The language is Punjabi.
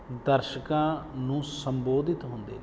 ਦਰਸ਼ਕਾਂ ਨੂੰ ਸੰਬੋਧਿਤ ਹੁੰਦੇ ਨੇ